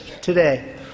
today